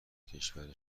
کشور